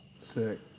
Sick